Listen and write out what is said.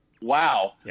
Wow